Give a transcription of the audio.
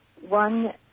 one